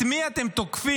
את מי אתם תוקפים?